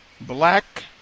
Black